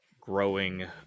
growing